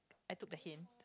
I took the hint